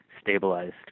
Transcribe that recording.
stabilized